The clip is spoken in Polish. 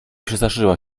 przestraszyła